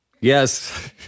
Yes